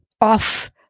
off